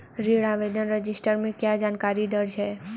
ऋण आवेदन रजिस्टर में क्या जानकारी दर्ज है?